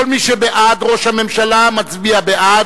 כל מי שבעד ראש הממשלה מצביע בעד,